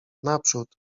naprzód